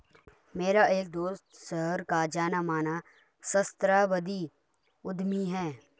मेरा एक दोस्त शहर का जाना माना सहस्त्राब्दी उद्यमी है